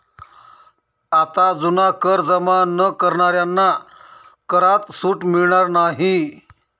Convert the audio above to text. आता जुना कर जमा न करणाऱ्यांना करात सूट मिळणार नाही